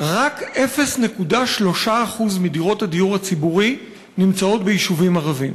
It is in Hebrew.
רק 0.3% מדירות הדיור הציבורי נמצאות ביישובים ערביים.